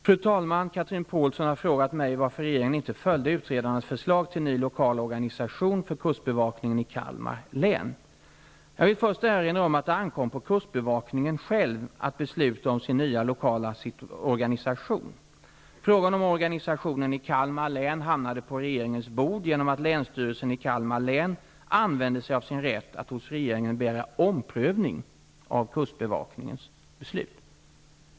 Fru talman! Chatrine Pålsson har frågat mig varför regeringen inte följde utredarnas förslag till ny lokal organisation för kustbevakningen i Kalmar län. Jag vill först erinra om att det ankom på kustbevakningen själv att besluta om sin nya lokala organisation. Frågan om organisationen i Kalmar län hamnade på regeringens bord genom att länsstyrelsen i Kalmar län använde sig av sin rätt att hos regeringen begära omprövning av kustbevakningens beslut.